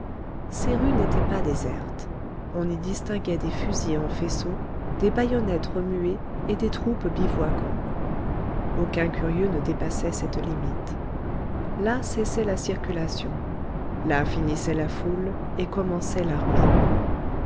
ces rues n'étaient pas désertes on y distinguait des fusils en faisceaux des bayonnettes remuées et des troupes bivouaquant aucun curieux ne dépassait cette limite là cessait la circulation là finissait la foule et commençait l'armée